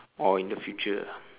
oh in the future ah